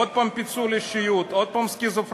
עוד פעם פיצול אישיות, עוד פעם סכיזופרניה.